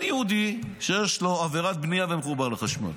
אין יהודי שיש לו עבירת בנייה ומחובר לחשמל.